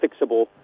fixable